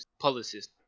policies